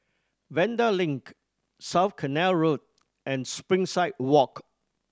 Vanda Link South Canal Road and Springside Walk